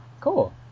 Cool